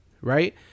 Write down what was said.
right